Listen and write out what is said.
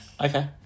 Okay